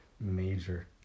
major